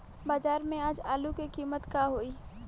बाजार में आज आलू के कीमत का होई?